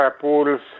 pools